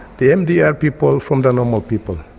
the mdr people from the normal people.